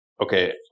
okay